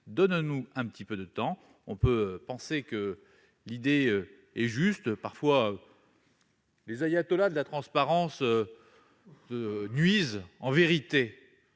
Donnons-nous un petit peu de temps ; on peut penser que l'idée est juste- en vérité, les ayatollahs de la transparence nuisent parfois